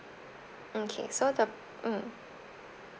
okay so the mm